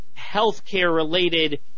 healthcare-related